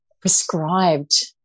prescribed